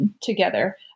together